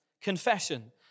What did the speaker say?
Confession